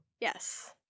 Yes